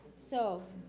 so,